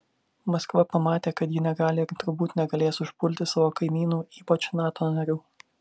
maskva pamatė kad ji negali ir turbūt negalės užpulti savo kaimynų ypač nato narių